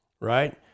right